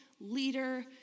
leader